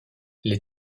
les